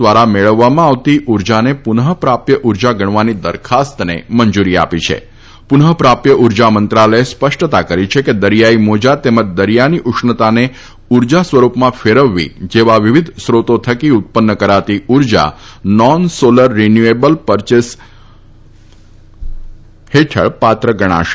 દ્વારા મેળવવામાં આવતી ઉર્જાને પુનઃ પ્રાપ્ય ઉર્જા ગણવાની દરખાસ્તને મંજુરી આપી છે પુનઃ પ્રાપ્ય ઉર્જા મંત્રાલયે સ્પષ્ટતા કરી છે કે દરીયાઈ મોજા તેમજ દરીયાની ઉષ્ણતાને ઉર્જા સ્વરૂપમાં ફેરવવી જેવા વિવિધ સોતો થકી ઉત્પન્ન કરાતી ઉર્જા non solar renewable purchase obligation હેઠળ પાત્ર ગણાશે